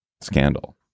scandal